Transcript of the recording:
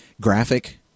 graphic